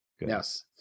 Yes